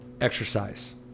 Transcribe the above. exercise